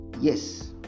Yes